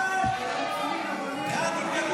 ההצעה